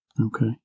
Okay